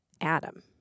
Adam